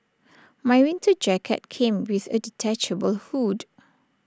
my winter jacket came with A detachable hood